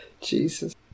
Jesus